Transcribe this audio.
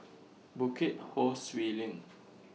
Bukit Ho Swee LINK